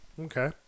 Okay